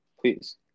Please